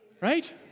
Right